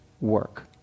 work